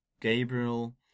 Gabriel